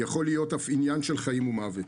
יכול להיות אף עניין של חיים ומוות.